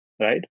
right